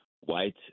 White